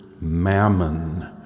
mammon